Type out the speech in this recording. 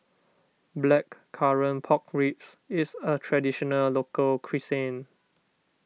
Blackcurrant Pork Ribs is a Traditional Local Cuisine